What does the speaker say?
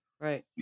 Right